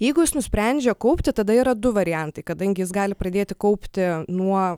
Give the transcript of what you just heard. jeigu jis nusprendžia kaupti tada yra du variantai kadangi jis gali pradėti kaupti nuo